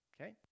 Okay